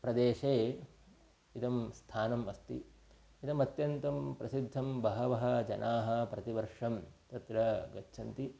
प्रदेशे इदं स्थानम् अस्ति इदम् अत्यन्तं प्रसिद्धं बहवः जनाः प्रतिवर्षं तत्र गच्छन्ति